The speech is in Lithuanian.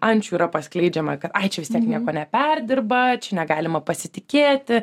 ančių yra paskleidžiama kad ai čia vis tiek nieko neperdirba čia negalima pasitikėti